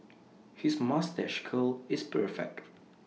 his moustache curl is perfect